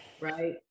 right